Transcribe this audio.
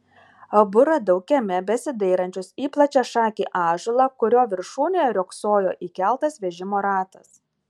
abu radau kieme besidairančius į plačiašakį ąžuolą kurio viršūnėje riogsojo įkeltas vežimo ratas